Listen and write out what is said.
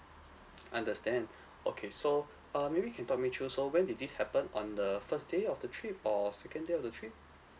understand okay so uh maybe you can talk me through so when did this happen on the first day of the trip or second day of the trip